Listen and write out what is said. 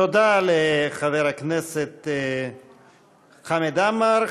תודה לחבר הכנסת חמד עמאר.